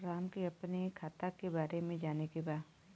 राम के अपने खाता के बारे मे जाने के बा?